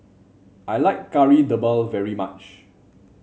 I like Kari Debal very much